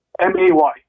M-A-Y